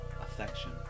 affection